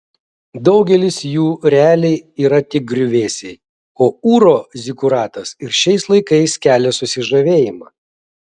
daugelis jų realiai yra tik griuvėsiai o ūro zikuratas ir šiais laikais kelia susižavėjimą